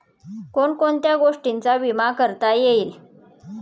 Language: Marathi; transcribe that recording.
कोण कोणत्या गोष्टींचा विमा करता येईल?